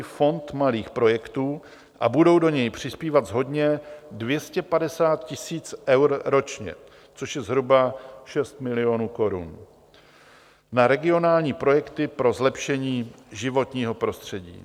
Fond malých projektů a budou do něj přispívat shodně 250 tisíc eur ročně, což je zhruba 6 milionů korun, na regionální projekty pro zlepšení životního prostředí.